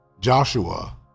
Joshua